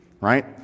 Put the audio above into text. right